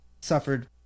suffered